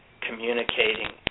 communicating